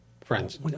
Friends